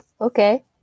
okay